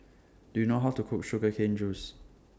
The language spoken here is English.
Do YOU know How to Cook Sugar Cane Juice